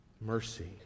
mercy